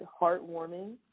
heartwarming